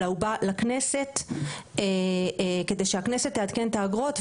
אלא הוא בא לכנסת כדי שהכנסת תעדכן את האגרות,